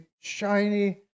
shiny